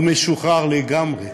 הוא משוחרר לגמרי.